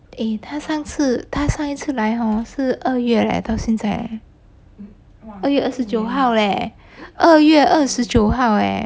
诶他上次他上一次来 hor 是二月 leh 到现在 leh 二月二十九号 leh 二月二十九号诶